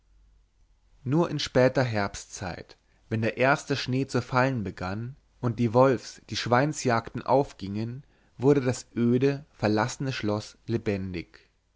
nur in später herbstzeit wenn der erste schnee zu fallen begann und die wolfs die schweinsjagden aufgingen wurde das öde verlassene schloß lebendig